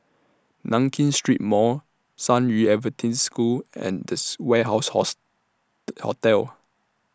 Nankin Street Mall San Yu Adventist School and This Warehouse House Hotel